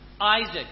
Isaac